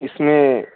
اس میں